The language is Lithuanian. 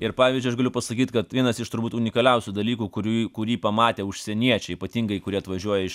ir pavyzdžiui aš galiu pasakyt kad vienas iš turbūt unikaliausių dalykų kurių kurį pamatė užsieniečiai ypatingai kurie atvažiuoja iš